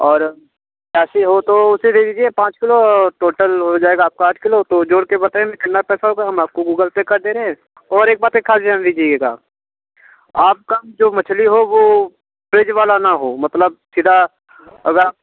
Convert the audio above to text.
और प्यासी हो तो उसे दे दीजिए पाँच किलो टोटल हो जाएगा आपका आठ किलो तो जोड़ के बताइए कितना पैसा होगा हम आपको गूगल पे कर दे रहे हैं और एक बात एक ख़ास जान लीजिएगा आप काम जो मछली हो वो फ्रिज वाला न हो मतलब सीधा अगर